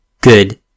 good